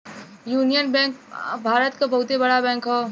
union Bank भारत क बहुते बड़ा बैंक हौ